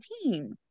team